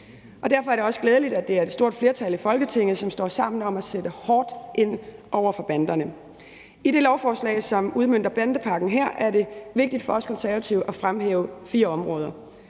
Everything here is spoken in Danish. Derfor er det også glædeligt, at det er et stort flertal i Folketinget, som står sammen om at sætte hårdt ind over for banderne. I det lovforslag, som udmønter bandepakken her, er det vigtigt for os Konservative at fremhæve fire områder.